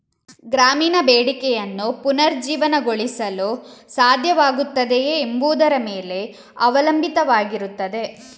ಗ್ರಾಮೀಣ ಬೇಡಿಕೆಯನ್ನು ಪುನರುಜ್ಜೀವನಗೊಳಿಸಲು ಸಾಧ್ಯವಾಗುತ್ತದೆಯೇ ಎಂಬುದರ ಮೇಲೆ ಅವಲಂಬಿತವಾಗಿರುತ್ತದೆ